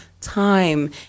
time